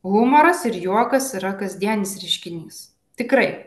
humoras ir juokas yra kasdienis reiškinys tikrai